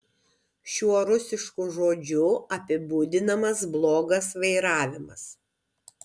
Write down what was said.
šiuo rusišku žodžiu apibūdinamas blogas vairavimas